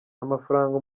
amafaranga